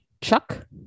Chuck